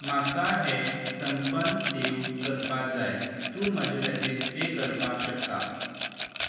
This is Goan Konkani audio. म्हाका हें संपद सेव करपाक जाय तूं म्हजे खातीर हें करपाक शकता